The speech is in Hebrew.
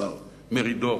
השר מרידור,